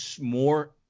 more